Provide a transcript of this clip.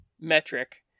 metric